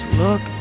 look